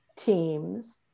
teams